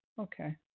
okay